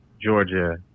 Georgia